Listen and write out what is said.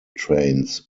trains